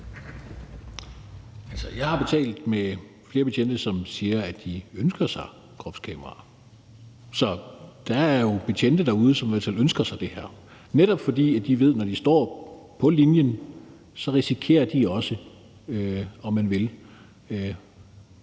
Jeg har talt med flere betjente, som siger, at de ønsker sig kropskameraer. Så der er jo betjente derude, som i hvert fald ønsker sig det her, netop fordi de ved, at når de står på linjen, risikerer de også, om man vil